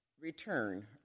return